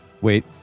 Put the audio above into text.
Wait